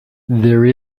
there